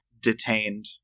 detained